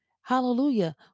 Hallelujah